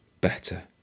better